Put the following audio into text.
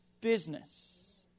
business